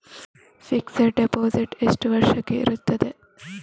Fixed deposit ಎಷ್ಟು ವರ್ಷಕ್ಕೆ ಇರುತ್ತದೆ?